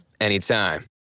anytime